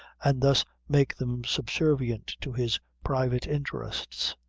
and thus make them subservient to his private interests.